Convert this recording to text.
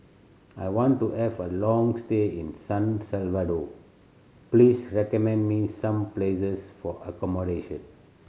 I want to have a long stay in San Salvador please recommend me some places for accommodation